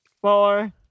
Four